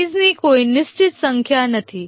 ફેઝની કોઈ નિશ્ચિત સંખ્યા નથી